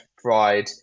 fried